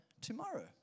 tomorrow